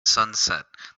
sunset